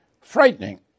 frightening